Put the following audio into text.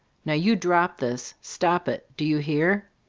now you drop this! stop it! do you hear?